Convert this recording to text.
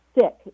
sick